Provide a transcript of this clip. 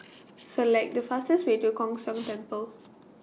Select The fastest Way to Kwan Siang Tng Temple